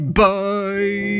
bye